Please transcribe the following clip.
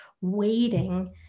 waiting